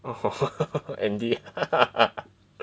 orh Andy